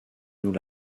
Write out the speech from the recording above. nous